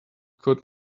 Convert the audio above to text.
could